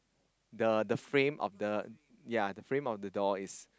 the the frame of the ya the frame of the door is